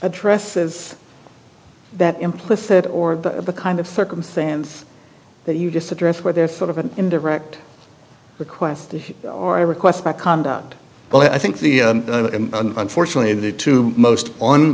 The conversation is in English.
addresses that implicit or the kind of circumstance that you just address where there thought of an indirect request or a request to conduct but i think the unfortunately the two most on